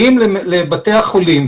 באים לבתי החולים,